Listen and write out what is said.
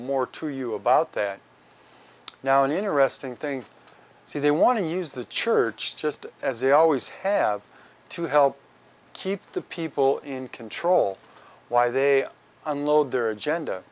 more to you about that now an interesting thing see they want to use the church just as they always have to help keep the people in control why they unload their agenda